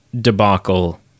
debacle